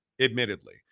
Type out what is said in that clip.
admittedly